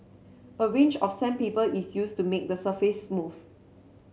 a range of sandpaper is used to make the surface smooth